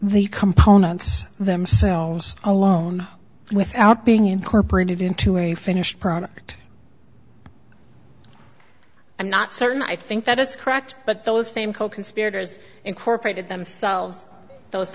the components themselves alone without being incorporated into a finished product i'm not certain i think that is correct but those same coconspirators incorporated themselves those